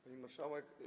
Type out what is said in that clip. Pani Marszałek!